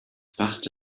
fast